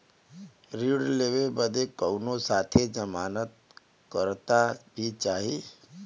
ऋण लेवे बदे कउनो साथे जमानत करता भी चहिए?